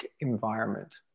environment